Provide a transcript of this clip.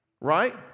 right